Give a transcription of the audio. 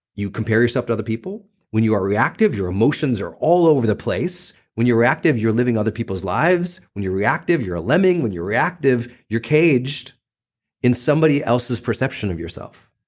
you compare yourself to other people. when you are reactive your emotions are all over the place. when you're reactive, you're living other people's lives. when you're reactive, you're a lemming. when you're reactive, you're caged in somebody else's perception of yourself.